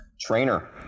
trainer